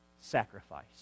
sacrifice